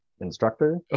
instructor